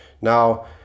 Now